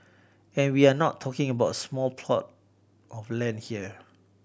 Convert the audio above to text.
and we're not talking about a small plot of land here